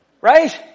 Right